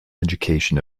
education